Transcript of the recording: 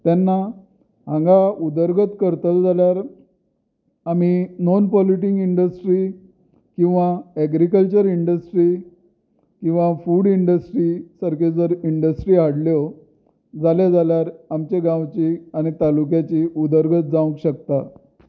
तेन्ना हांगा उदरगत करतलो जाल्यार आमी नॉन पोल्युटींग इंडस्ट्री किंवा एग्रीकल्चर इंडस्ट्री किंवा फूड इंडस्ट्री सारक्यो जर इंडस्ट्री हाडल्यो जालें जाल्यार आमचे गांवची आनी तालुक्याची उदरगत जावपाक शकता